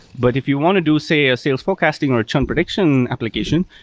but if you want to do, say, a sales forecasting or churn prediction application,